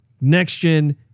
next-gen